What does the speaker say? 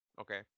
Okay